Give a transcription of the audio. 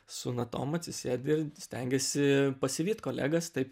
su natom atsisėdi ir stengiesi pasivyt kolegas taip